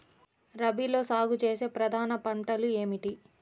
రబీలో సాగు చేసే ప్రధాన పంటలు ఏమిటి?